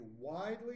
widely